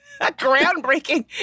groundbreaking